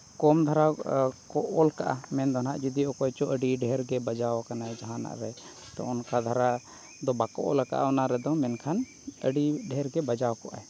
ᱠᱚᱢ ᱫᱷᱟᱨᱟ ᱠᱚ ᱚᱞ ᱠᱟᱜᱼᱟ ᱢᱮᱱ ᱫᱚ ᱱᱟᱦᱟᱜ ᱡᱩᱫᱤ ᱚᱠᱚᱭ ᱪᱚ ᱟᱹᱰᱤ ᱰᱷᱮᱨ ᱵᱟᱡᱟᱣ ᱠᱟᱱᱟᱭ ᱡᱟᱦᱟᱱᱟᱜ ᱨᱮ ᱛᱚ ᱚᱱᱠᱟ ᱫᱷᱟᱨᱟ ᱫᱚ ᱵᱟᱠᱚ ᱚᱞ ᱟᱠᱟᱫᱼᱟ ᱚᱱᱟ ᱨᱮᱫᱚ ᱢᱮᱱᱠᱷᱟᱱ ᱟᱹᱰᱤ ᱰᱷᱮᱨ ᱜᱮ ᱵᱟᱡᱟᱣ ᱠᱚᱜ ᱟᱭ